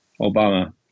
Obama